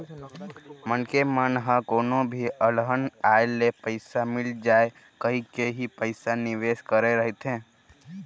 मनखे मन ह कोनो भी अलहन आए ले पइसा मिल जाए कहिके ही पइसा निवेस करे रहिथे